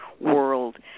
world